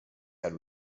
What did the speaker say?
had